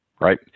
right